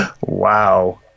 Wow